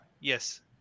Yes